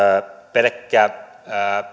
pelkkä